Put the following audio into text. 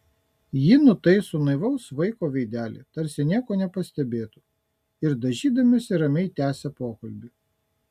ji nutaiso naivaus vaiko veidelį tarsi nieko nepastebėtų ir dažydamasi ramiai tęsia pokalbį